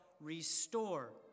restore